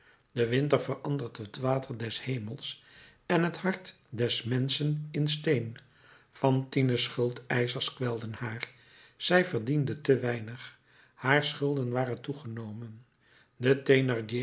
de winter verandert het water des hemels en het hart des menschen in steen fantine's schuldeischers kwelden haar zij verdiende te weinig haar schulden waren toegenomen